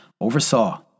oversaw